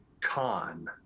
con